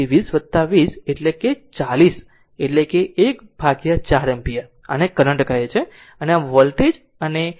તેથી 20 20 તેથી 40 એટલે કે 1 ભાગ્યા 4 એમ્પીયર આને કરંટ કહે છે અને આ વોલ્ટેજ અને S 1 ભાગ્યા 4 એમ્પીયર